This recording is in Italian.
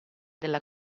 della